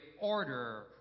order